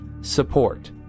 support